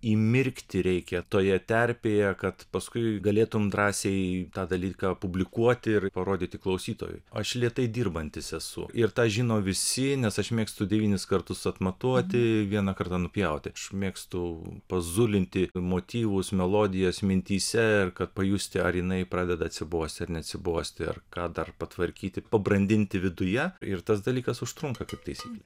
įmirkti reikia toje terpėje kad paskui galėtum drąsiai tą dalyką publikuoti ir parodyti klausytojui aš lėtai dirbantis esu ir tą žino visi nes aš mėgstu devynis kartus atmatuoti vieną kartą nupjauti aš mėgstu pazulinti motyvus melodijas mintyse ir kad pajusti ar jinai pradeda atsibosti ar neatsibosti ar ką dar patvarkyti pabrandinti viduje ir tas dalykas užtrunka kaip taisyklė